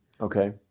Okay